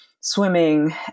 swimming